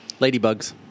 ladybugs